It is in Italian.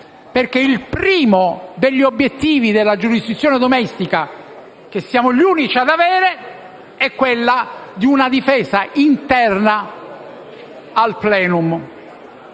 perché il primo degli obiettivi della giurisdizione domestica, che siamo gli unici ad avere, è quello di una difesa interna al *plenum*.